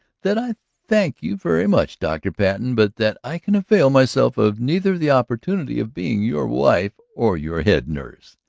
that i thank you very much, dr. patten, but that i can avail myself of neither the opportunity of being your wife or your head nurse.